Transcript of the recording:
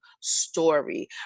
story